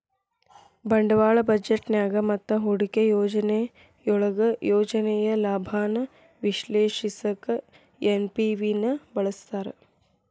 ಬಂಡವಾಳ ಬಜೆಟ್ನ್ಯಾಗ ಮತ್ತ ಹೂಡಿಕೆ ಯೋಜನೆಯೊಳಗ ಯೋಜನೆಯ ಲಾಭಾನ ವಿಶ್ಲೇಷಿಸಕ ಎನ್.ಪಿ.ವಿ ನ ಬಳಸ್ತಾರ